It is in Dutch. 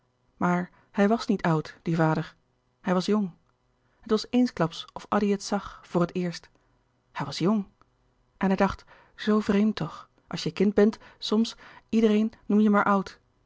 maar hij was niet oud die vader hij was jong het was eensklaps of addy het zag voor het eerst hij was jong en hij dacht zoo vreemd toch als je kind bent soms iedereen noem je maar oud